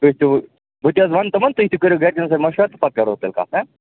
بہٕ تہِ حظ وَنہٕ تِمَن تُہۍ تہِ کٔرِو گَرِکیٚن سۭتۍ مَشوَر تہٕ پَتہٕ کَرٕو تیٚلہِ کَتھ ہںٛہٕ